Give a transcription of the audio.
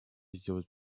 сделать